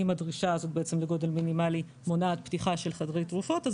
אם הדרישה הזאת לגודל מינימלית מונעת פתיחה של חדרי תרופות אז